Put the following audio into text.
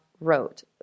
wrote